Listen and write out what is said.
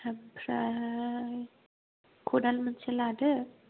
आमफ्राय खदाल मोनसे लादो